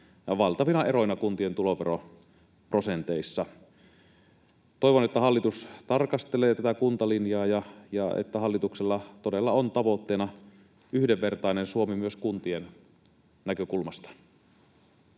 valtavina eroina kuntien tuloveroprosenteissa. Toivon, että hallitus tarkastelee tätä kuntalinjaa ja että hallituksella todella on tavoitteena yhdenvertainen Suomi myös kuntien näkökulmasta.